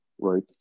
right